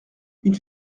une